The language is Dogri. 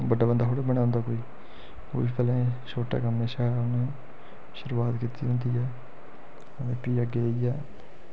बड्डा बंदा थोह्ड़ी बनी जंदा कोई उस पैह्ले छोटे कम्मै शा शुरुआत कीती दी होंदी ऐ ते फ्ही अग्गें जाइयै